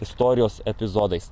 istorijos epizodais